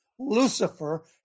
Lucifer